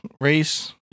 race